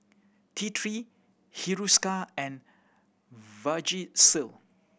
T Three Hiruscar and Vagisil